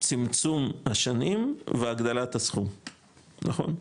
צמצום השנים והגדלת הסכום, נכון?